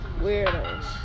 Weirdos